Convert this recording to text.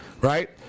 Right